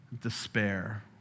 despair